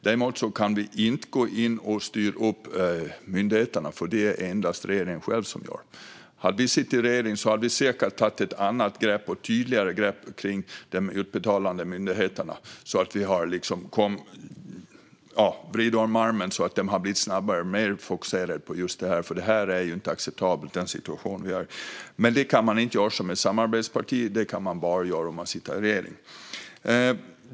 Däremot kan vi inte gå in och styra upp myndigheterna. Det är det endast regeringen själv som gör. Hade vi suttit i regering hade vi säkert tagit ett annat och tydligare grepp om de utbetalande myndigheterna och vridit om armen på dem så att de blivit snabbare och mer fokuserade på just detta, för den situation vi har nu är inte acceptabel. Men det kan man inte göra som samarbetsparti. Det kan man bara göra om man sitter i regering.